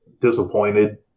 disappointed